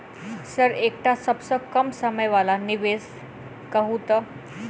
Sir एकटा सबसँ कम समय वला निवेश कहु तऽ?